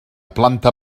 planta